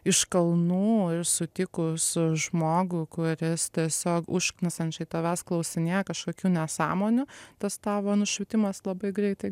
iš kalnų ir sutikus žmogų kuris tiesiog užknisančiai tavęs klausinėja kažkokių nesąmonių testavo nušvitimas labai greitai